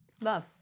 Love